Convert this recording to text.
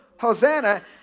Hosanna